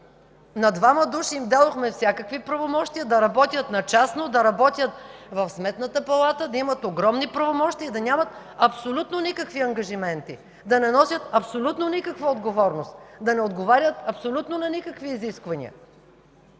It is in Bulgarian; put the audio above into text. На двама души им дадохме всякакви правомощия – да работят на частно, да работят в Сметната палата, да имат огромни правомощия и да нямат абсолютно никакви ангажименти, да не носят абсолютно никаква отговорност, да не отговарят абсолютно на никакви изисквания.